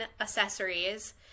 accessories